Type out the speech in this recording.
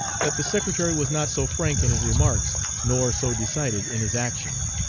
that the secretary was not so frank in his remarks nor so decided in his action.